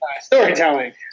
storytelling